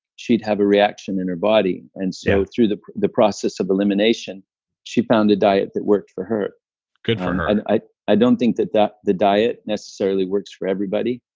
she'd have a reaction in her body and so through the the process of elimination she found a diet that worked for her good for her and i i don't think that that the diet necessarily works for everybody,